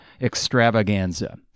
extravaganza